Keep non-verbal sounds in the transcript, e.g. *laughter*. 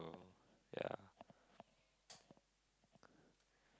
ya *noise*